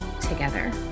together